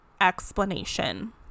explanation